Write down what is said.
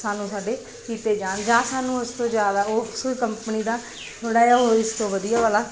ਸਾਨੂੰ ਸਾਡੇ ਕੀਤੇ ਜਾਣ ਜਾਂ ਸਾਨੂੰ ਉਸ ਤੋਂ ਜ਼ਿਆਦਾ ਉਸ ਕੰਪਨੀ ਦਾ ਥੋੜ੍ਹਾ ਜਿਹਾ ਹੋਰ ਇਸ ਤੋਂ ਵਧੀਆ ਵਾਲਾ